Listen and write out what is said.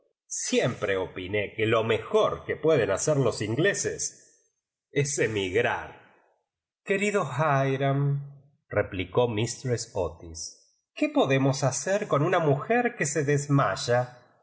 siempre opiné que lo mejor que pueden hacer los ingleses es emigrar querido hirarn replicó mistress otjsj qué podemos hacer con una mujer que se desmaya